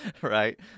Right